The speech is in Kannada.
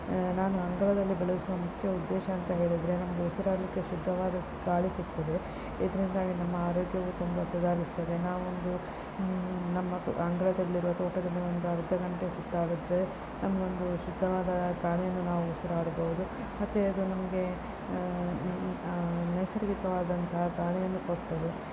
ನಾನು ಅಂಗಳದಲ್ಲಿ ಬೆಳೆಸುವ ಮುಖ್ಯ ಉದ್ದೇಶ ಅಂತ ಹೇಳಿದರೆ ನಮಗೆ ಉಸಿರಾಡಲಿಕ್ಕೆ ಶುದ್ಧವಾದ ಗಾಳಿ ಸಿಕ್ತದೆ ಇದರಿಂದಾಗಿ ನಮ್ಮ ಆರೋಗ್ಯವೂ ತುಂಬ ಸುಧಾರಿಸ್ತದೆ ನಾವೊಂದು ನಮ್ಮ ಅಂಗಳದಲ್ಲಿರೋ ತೋಟದಲ್ಲಿ ಒಂದು ಅರ್ಧ ಗಂಟೆ ಸುತ್ತಾಡಿದರೆ ನಮಗೊಂದು ಶುದ್ಧವಾದ ಗಾಳಿಯನ್ನು ನಾವು ಉಸಿರಾಡಬಹುದು ಮತ್ತು ಅದು ನಮಗೆ ನೈಸರ್ಗಿಕವಾದಂತಹ ಗಾಳಿಯನ್ನು ಕೊಡ್ತದೆ